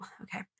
Okay